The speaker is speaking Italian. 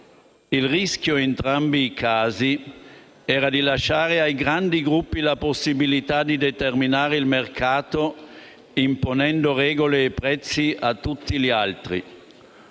Il rischio, in entrambi i casi, era di lasciare ai grandi gruppi la possibilità di determinare il mercato, imponendo regole e prezzi a tutti agli altri.